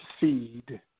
seed